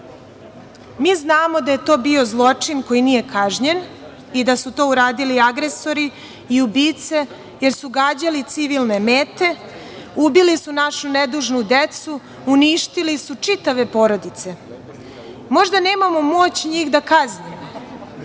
znamo da je to bio zločin koji nije kažnjen i da su to uradili agresori i ubice, jer su gađali civilne mete. Ubili su našu nedužnu decu, uništili su čitave porodice. Možda nemamo moć njih da kaznimo,